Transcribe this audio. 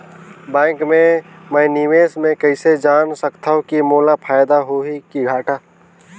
Bank मे मैं निवेश मे कइसे जान सकथव कि मोला फायदा होही कि घाटा?